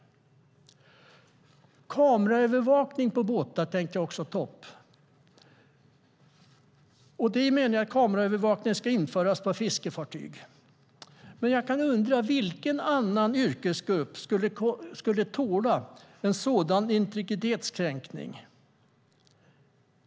Kameraövervakning på båtar tänkte jag också ta upp. Det finns förslag om att kameraövervakning ska införas på fiskefartyg. Jag undrar vilken annan yrkesgrupp som skulle tåla en sådan integritetskränkning.